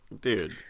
Dude